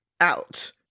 out